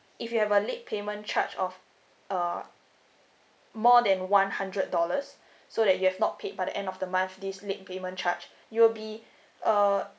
if you have a late payment charge of uh more than one hundred dollars so that you have not paid by the end of the month this late payment charge you will be uh